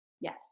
Yes